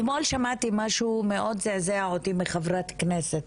אתמול שמעתי משהו שמאוד זעזע אותי מחברת כנסת,